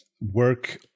work